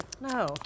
No